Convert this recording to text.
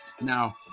now